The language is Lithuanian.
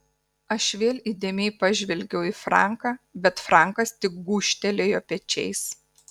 aš vėl įdėmiai pažvelgiau į franką bet frankas tik gūžtelėjo pečiais